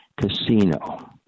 Casino